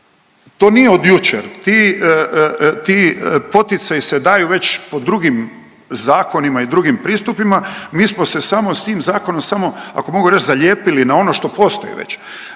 To nije od jučer, ti poticaji se daju već po drugim zakonima i drugim pristupima, mi smo se samo s tim zakonima i drugim pristupima, mi smo se